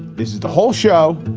this is the whole show.